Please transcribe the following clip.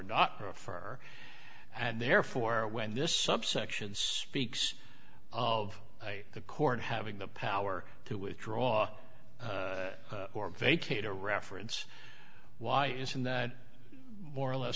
not prefer and therefore when this subsection speaks of the court having the power to withdraw or vacate a reference why isn't that more or less